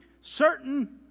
certain